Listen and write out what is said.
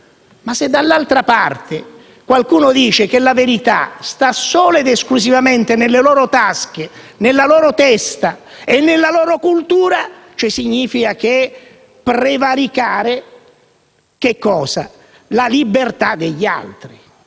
Ma se dall'altra parte qualcuno dice che la verità sta solo ed esclusivamente nelle sue tasche, nella sua testa e cultura, ciò significa prevaricare la libertà degli altri.